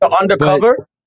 Undercover